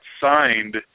signed